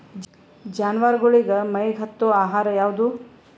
ಜಾನವಾರಗೊಳಿಗಿ ಮೈಗ್ ಹತ್ತ ಆಹಾರ ಯಾವುದು?